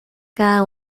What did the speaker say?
cada